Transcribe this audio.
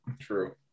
True